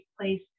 place